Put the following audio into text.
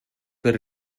per